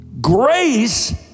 grace